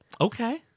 Okay